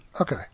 Okay